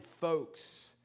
folks